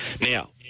Now